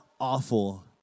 awful